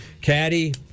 Caddy